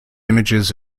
images